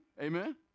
Amen